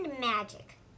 magic